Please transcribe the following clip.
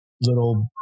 little